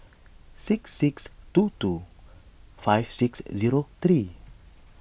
six six two two five six zero three